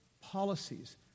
policies